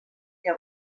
què